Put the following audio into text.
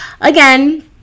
Again